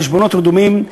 בחשבונות רדומים,